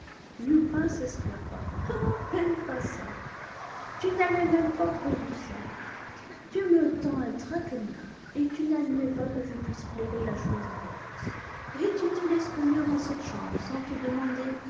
lupin s'esclaffa même pas çà tu n'avais même pas prévu çà tu me tends un traquenard et tu n'admets pas que je puisse flairer la chose d'avance et tu te laisses conduire dans cette chambre sans te demander